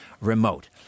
remote